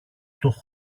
του